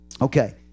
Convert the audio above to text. Okay